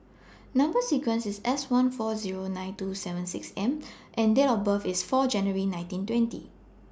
Number sequence IS S one four Zero nine two seven six M and Date of birth IS four January nineteen twenty